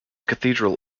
cathedral